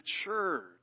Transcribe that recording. matured